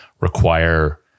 require